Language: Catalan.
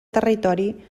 territori